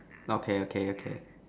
okay okay okay